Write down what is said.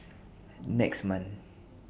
next month